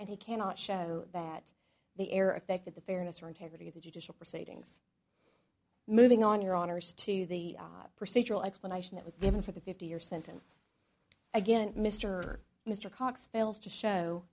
and he cannot show that the error affected the fairness or integrity of the judicial proceedings moving on your honor's to the procedural explanation that was given for the fifty year sentence again mr mr cox fails to show